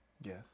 Yes